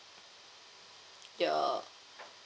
your